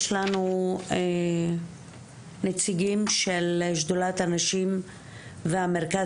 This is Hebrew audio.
יש לנו נציגים של שדולת הנשים והמרכז